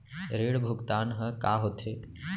ऋण भुगतान ह का होथे?